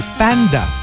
panda